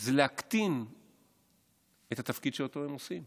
זה להקטין את התפקיד שאותו הם עושים.